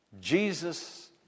Jesus